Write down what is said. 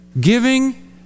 giving